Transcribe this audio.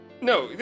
No